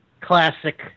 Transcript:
Classic